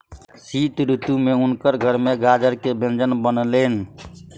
शीत ऋतू में हुनकर घर में गाजर के व्यंजन बनलैन